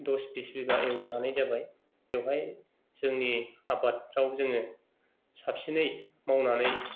दस बिस बिगा एवनोहानाय जाबाय बेवहाय जोंनि आबदाफ्राव जोङो साबसिनै मावनानै